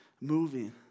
moving